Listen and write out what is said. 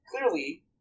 Clearly